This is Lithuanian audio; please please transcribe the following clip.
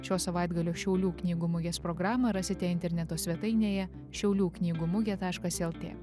šio savaitgalio šiaulių knygų mugės programą rasite interneto svetainėje šiaulių knygų mugė taškas lt